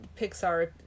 Pixar